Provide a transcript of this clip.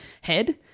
head